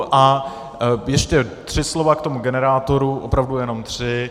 A ještě tři slova k tomu generátoru, opravdu jenom tři.